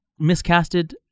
miscasted